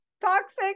toxic